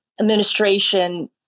Administration